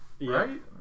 right